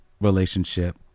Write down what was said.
relationship